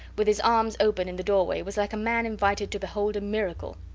with his arms open in the doorway, was like a man invited to behold a miracle.